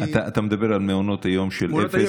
אני, אתה מדבר על מעונות היום של אפס עד שלוש.